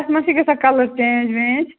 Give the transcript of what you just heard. تَتھ ما چھِ گژھان کَلر چینٛج وینٛج